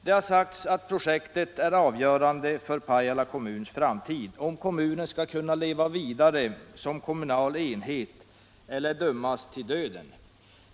Det har sagts att projektet är avgörande för Pajala kommuns framtid - för om kommunen skall kunna leva vidare som kommunal enhet eller dömas till döden.